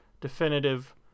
definitive